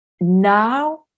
Now